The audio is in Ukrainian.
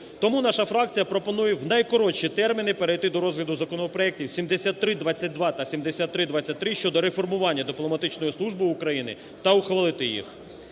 Тому наша фракція пропонує в найкоротші терміни перейти до розгляду законопроектів 7322 та 7323 щодо реформування дипломатичної служби України та ухвалити їх.